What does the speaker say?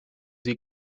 sie